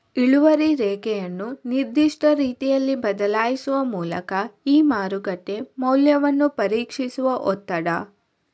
ಇಳುವರಿ ರೇಖೆಯನ್ನು ನಿರ್ದಿಷ್ಟ ರೀತಿಯಲ್ಲಿ ಬದಲಾಯಿಸುವ ಮೂಲಕ ಈ ಮಾರುಕಟ್ಟೆ ಮೌಲ್ಯವನ್ನು ಪರೀಕ್ಷಿಸುವ ಒತ್ತಡ